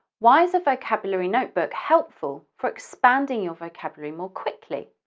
why is a vocabulary notebook helpful for expanding your vocabulary more quickly?